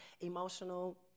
emotional